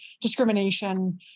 discrimination